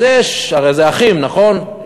אז יש, הרי זה אחים, נכון?